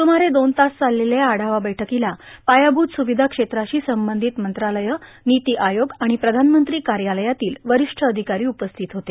सुमारे दोन तास चाललेल्या या आढावा बैठकॉला पायाभूत स्रावधा क्षेत्राशी संर्बाधत मंत्रालये निती आयोग आर्ाण प्रधानमंत्री कायालयातील र्वारष्ठ र्नाधकारो उपस्थित होते